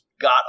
got